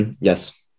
yes